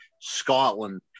Scotland